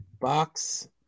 Box